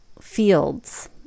fields